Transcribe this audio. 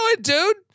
dude